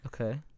okay